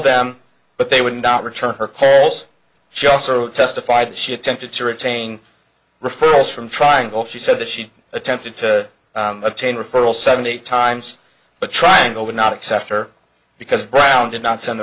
them but they would not return her calls she also testified she attempted to retain referrals from triangle she said that she attempted to obtain referral seventy eight times but triangle would not accept or because brown did not sign the